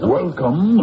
Welcome